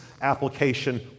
application